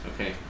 Okay